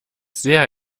sehr